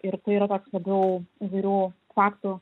ir tai yra toks labiau įvairių faktų